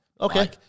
Okay